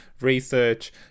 research